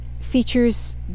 features